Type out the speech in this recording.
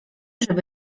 żeby